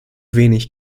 wenig